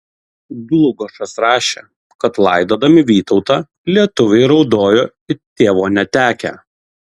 dlugošas rašė kad laidodami vytautą lietuviai raudojo it tėvo netekę